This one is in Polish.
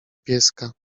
pieska